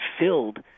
filled